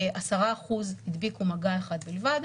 10% הדביקו מגע אחד בלבד,